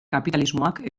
kapitalismoak